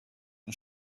und